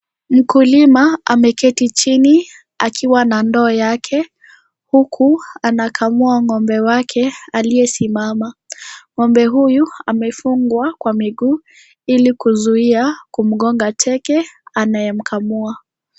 Mkulima ameketi chini akiwa na ndoo yake huku anakamua ng'ombe wake aliyesimama. Ng'ombe huyu amefungwa kwa miguu ili kuzuia kumgonga teke anayemkamua.